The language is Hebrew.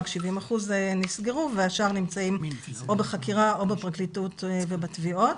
רק 70% נסגרו והשאר נמצאים או בחקירה או בפרקליטות ובתביעות.